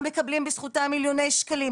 המקבלים בזכותם מיליוני שקלים.